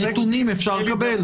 נתונים אפשר לקבל?